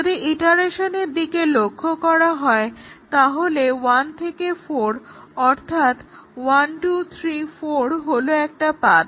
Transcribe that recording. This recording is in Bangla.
যদি ইটেরেশনের দিকে লক্ষ্য করা যায় তাহলে 1 থেকে 4 অর্থাৎ 1 2 3 4 হলো একটা পাথ